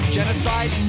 Genocide